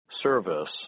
service